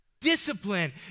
Discipline